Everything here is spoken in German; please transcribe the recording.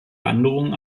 wanderungen